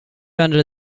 under